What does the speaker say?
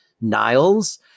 Niles